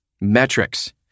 Metrics